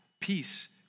peace